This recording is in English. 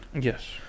yes